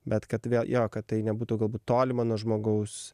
bet kad jo kad tai nebūtų galbūt tolima nuo žmogaus